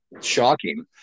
shocking